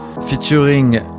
featuring